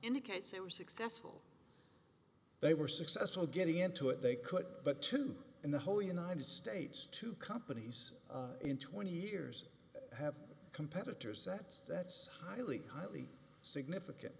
indicates they were successful they were successful getting into it they could but two in the whole united states two companies in twenty years have competitors that's that's highly highly significant